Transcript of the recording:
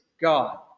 God